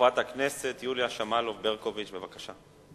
חברת הכנסת יוליה שמאלוב, בבקשה.